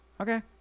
Okay